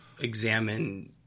examine